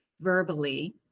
verbally